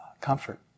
comfort